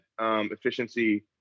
efficiency